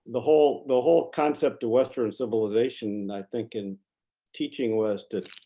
the whole the whole concept of western civilization, i think, in teaching was to